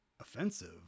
offensive